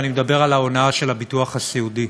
ואני מדבר על ההונאה של הביטוח הסיעודי.